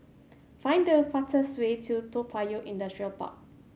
find the fastest way to Toa Payoh Industrial Park